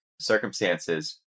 circumstances